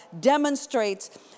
demonstrates